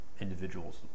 Individuals